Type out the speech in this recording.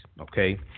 okay